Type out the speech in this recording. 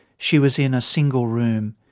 she was in a single room.